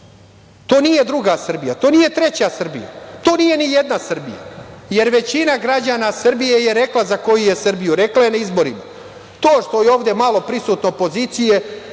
To nije druga Srbija. To nije treća Srbija. To nije ni jedna Srbija, jer većina građana Srbije je rekla za koju je Srbiju. Rekla je na izborima. To što je ovde malo prisutno opozicije,